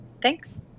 thanks